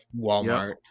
walmart